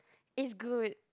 it's good